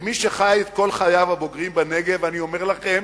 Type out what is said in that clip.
כמי שחי את כל חייו הבוגרים בנגב אני אומר לכם: